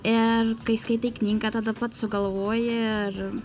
ir kai skaitai knygą tada pats sugalvoji ir